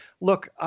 look